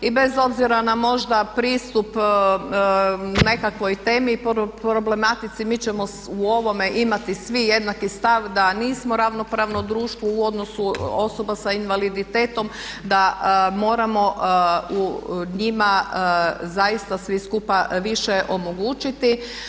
I bez obzira na možda pristup nekakvoj temi i problematici mi ćemo u ovome imati svi jednaki stav da nismo ravnopravno društvo u odnosu osoba sa invaliditetom, da moramo njima zaista svi skupa više omogućiti.